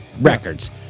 records